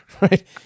right